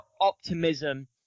optimism